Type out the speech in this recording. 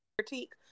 critique